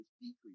decrease